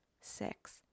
six